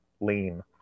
lean